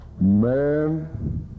Man